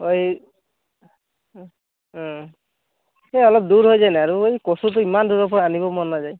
এই অলপ দূৰ হৈ আৰু এই কচুটো ইমান দূৰৰ পৰা আনিব মন নাযায়